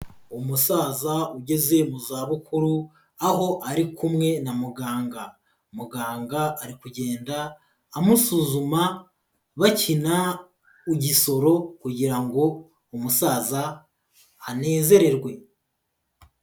Umusaza ugeze mu zabukuru aho ari kumwe na muganga, muganga ari kugenda amusuzuma bakina ugisoro kugira ngo umusaza anezererwe.